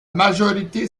majorité